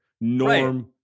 Norm